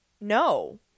no